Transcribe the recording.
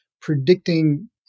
predicting